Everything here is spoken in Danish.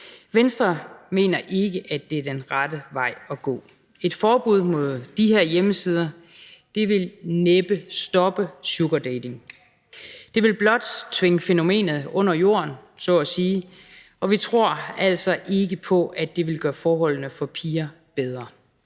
Venstre mener ikke, at det er den rette vej at gå. Et forbud mod de her hjemmesider vil næppe stoppe sugardating. Det vil blot så at sige tvinge fænomenet under jorden, og vi tror altså ikke på, at det vil gøre forholdene for pigerne bedre,